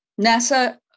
NASA